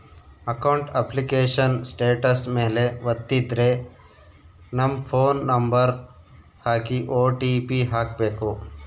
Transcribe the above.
account application status ಮೇಲೆ ವತ್ತಿದ್ರೆ ನಮ್ ಫೋನ್ ನಂಬರ್ ಹಾಕಿ ಓ.ಟಿ.ಪಿ ಹಾಕ್ಬೆಕು